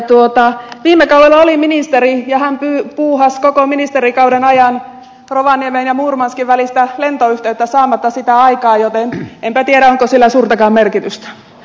viime kaudella oli ministeri ja hän puuhasi koko ministerikautensa ajan rovaniemen ja murmanskin välistä lentoyhteyttä saamatta sitä aikaan joten enpä tiedä onko sillä suurtakaan merkitystä